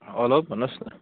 hello भन्नुहोस्